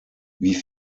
wie